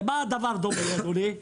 למה הדבר דומה, אדוני?